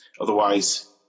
otherwise